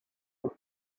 for